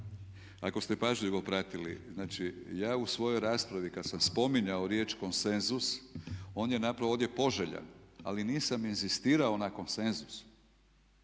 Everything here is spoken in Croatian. ako ste pažljivo pratili, znači ja u svojoj raspravi kada sam spominjao riječ konsenzus, on je napravo ovdje poželjan, ali nisam inzistirao na konsenzusu.